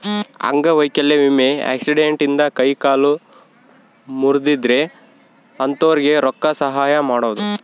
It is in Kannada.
ಅಂಗವೈಕಲ್ಯ ವಿಮೆ ಆಕ್ಸಿಡೆಂಟ್ ಇಂದ ಕೈ ಕಾಲು ಮುರ್ದಿದ್ರೆ ಅಂತೊರ್ಗೆ ರೊಕ್ಕ ಸಹಾಯ ಮಾಡೋದು